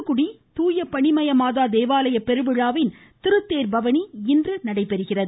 தூத்துக்குடி பனி மய மாதா தேவாலய பெருவிழாவின் திருத்தேர் பவனி இன்று நடைபெறுகிறது